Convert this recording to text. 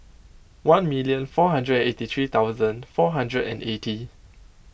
one million four hundred and eighty three thousand four hundred and eighty